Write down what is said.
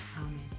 Amen